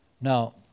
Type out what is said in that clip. Now